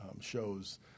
shows